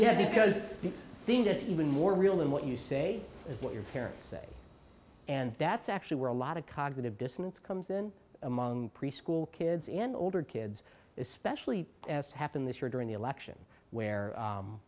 yes because even more real than what you say what your parents say and that's actually where a lot of cognitive dissonance comes in among preschool kids and older kids especially as to happen this year during the election where